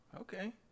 Okay